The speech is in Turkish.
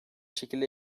şekilde